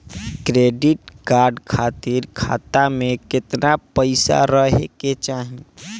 Credit card खातिर खाता में केतना पइसा रहे के चाही?